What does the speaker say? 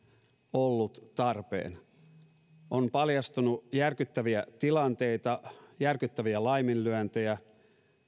ollut tarpeen on paljastunut järkyttäviä tilanteita järkyttäviä laiminlyöntejä